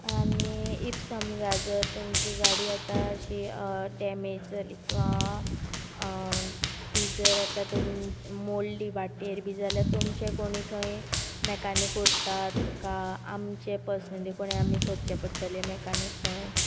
आनी ईफ समजा तर तुमची गाडी आतां अशी डेमेज जाली किंवा ती जर आतां मोडली वाटेर बीन जाल्यार तुमचे कोणी थंय मेकानीक उरतात कांय आमचे कोणी पर्सनली आमी सोदचे पडटले मेकानीक थंय